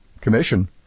commission